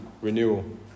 renewal